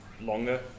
longer